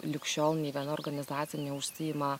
lig šiol nė viena organizacija neužsiima